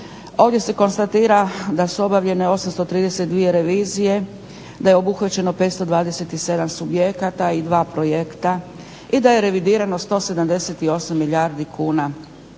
Ovdje se konstatira da su obavljene 832 revizije, da je obuhvaćeno 527 subjekata i 2 projekta i da je revidirano 178 milijardi kuna